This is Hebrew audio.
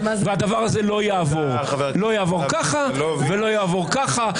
והדבר הזה לא יעבור ככה ולא יעבור ככה.